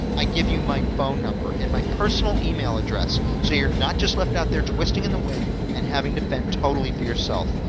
i give you my phone number and personal email address so you're not just left out there twisting in the wind and having to fend totally for yourself.